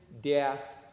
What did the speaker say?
death